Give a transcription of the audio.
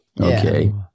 okay